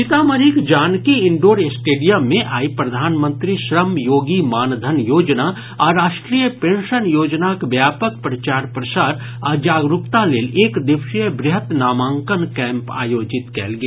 सीतामढ़ीक Janki indoor stadium मे आइ प्रधानमंत्री श्रम योगी मानधन योजना आ राष्ट्रीय पेंशन योजनाक व्यापक प्रचार प्रसार आ जागरूकता लेल एक दिवसीय वृहद नामांकन कैंप आयोजित कयल गेल